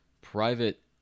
private